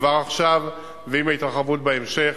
כבר עכשיו ועם ההתרחבות בהמשך,